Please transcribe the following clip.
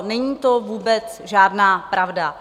Není to vůbec žádná pravda.